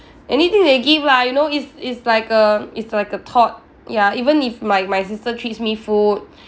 anything they give lah you know is it's like a it's like a thought ya even if my my sister treats me food